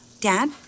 Dad